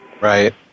Right